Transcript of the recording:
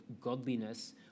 godliness